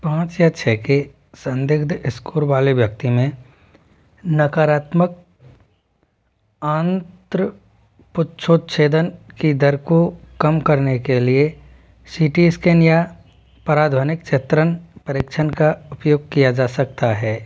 पाँच या छः के संदिग्ध एस्कोर वाले व्यक्ति में नकारात्मक आन्त्र पुच्छोछेदन की दर को कम करने के लिए सी टी स्कैन या पराध्वनिक क्षेत्रण परिक्षण का उपयोग किया जा सकता है